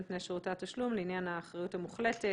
נותני שירותי התשלום לעניין האחריות המוחלטות.